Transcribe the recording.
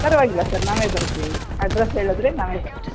ಪರವಾಗಿಲ್ಲ ಸರ್ ನಾವೇ ಬರ್ತೀವಿ ಅಡ್ರೆಸ್ ಹೇಳಿದ್ರೆ ನಾವೇ ಬರ್ತೀವಿ